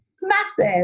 massive